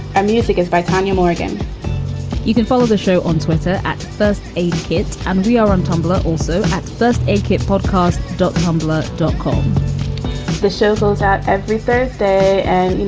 and music is by tanya morgan you can follow the show on twitter at first aid kit. and we are on tumblr, also at first aid kit podcast, dot com, dot com the show goes out every thursday. and, you